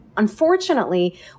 unfortunately